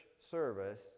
service